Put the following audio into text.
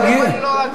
הוא נראה לי לא רגוע.